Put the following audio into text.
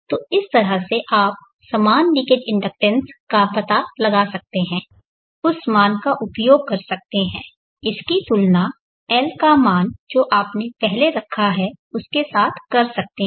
तो इस तरह से आप समान लीकेज इंडक्टेंस का पता लगा सकते हैं उस मान का उपयोग कर सकते हैं इसकी तुलना L का मान जो आपने पहले रखा है उसके साथ कर सकते हैं